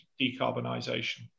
decarbonisation